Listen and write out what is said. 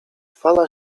fala